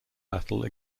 battle